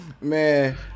man